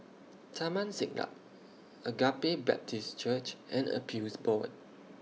Taman Siglap Agape Baptist Church and Appeals Board